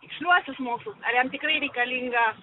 tiksliuosius mokslus ar jam tikrai reikalinga